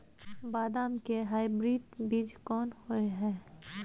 बदाम के हाइब्रिड बीज कोन होय है?